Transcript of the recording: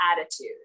attitude